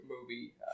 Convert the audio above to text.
movie